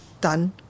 done